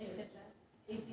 etcetera इति